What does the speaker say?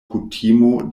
kutimo